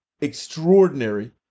extraordinary